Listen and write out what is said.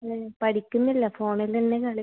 പഠിക്കുന്നില്ല ഫോണിൽ അല്ലേ കളി